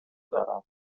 دارم